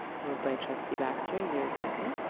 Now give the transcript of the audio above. moved by trustee baxter, is there a second?